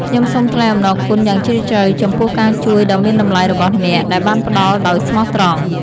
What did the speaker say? ខ្ញុំសូមថ្លែងអំណរគុណយ៉ាងជ្រាលជ្រៅចំពោះការជួយដ៏មានតម្លៃរបស់អ្នក ដែលបានផ្ដល់ដោយស្មោះត្រង់។